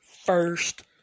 first